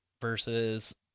versus